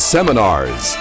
Seminars